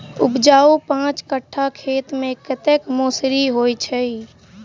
उपजाउ पांच कट्ठा खेत मे कतेक मसूरी होइ छै?